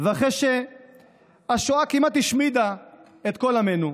ואחרי שהשואה כמעט השמידה את כל עמנו.